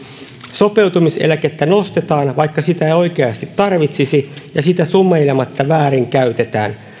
sopeutumiseläkettä nostetaan vaikka sitä ei oikeasti tarvitsisi ja sitä sumeilematta väärinkäytetään